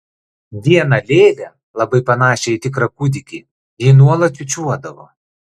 vieną lėlę labai panašią į tikrą kūdikį ji nuolat čiūčiuodavo